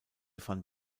fand